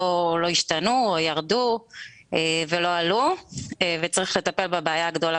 השתנו או ירדו ולא עלו וצריך לטפל בבעיה הגדולה,